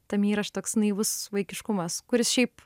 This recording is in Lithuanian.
tam įraš toks naivus vaikiškumas kuris šiaip